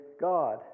God